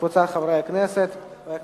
חבר הכנסת, ועדת חוקה?